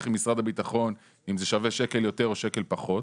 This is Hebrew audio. עם משרד הביטחון אם זה שווה שקל יותר או שקל פחות.